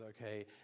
Okay